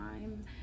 time